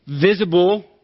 visible